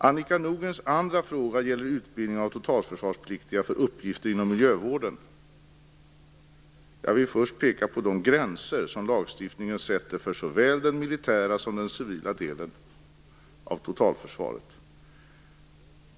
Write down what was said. Annika Nordgrens andra fråga gäller utbildning av totalförsvarspliktiga för uppgifter inom miljövården. Jag vill först peka på de gränser som lagstiftningen sätter för såväl den militära som den civila delen av totalförsvaret.